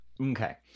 Okay